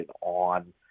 on